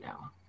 now